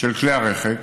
בכלי הרכב,